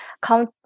come